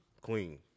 Queen